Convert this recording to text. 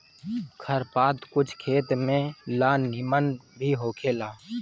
खर पात कुछ खेत में ला निमन भी होखेला